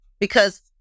because-